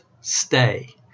stay